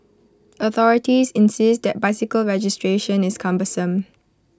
authorities insist that bicycle registration is cumbersome